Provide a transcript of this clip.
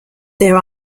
there